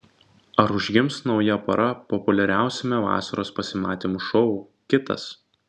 ar užgims nauja pora populiariausiame vasaros pasimatymų šou kitas